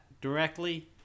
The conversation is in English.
directly